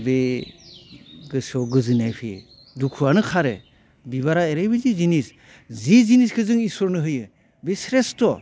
बे गोसोआव गोजोननाय फैयो दुखुआनो खारो बिबारा एरैबायदि जिनिस जिनिसखौ जों इसोरनो होयो बे स्रेस्ट'